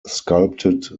sculpted